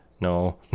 no